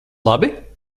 labi